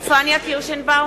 בהצבעה פניה קירשנבאום,